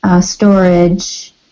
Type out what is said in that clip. storage